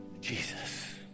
Jesus